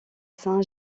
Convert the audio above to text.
saint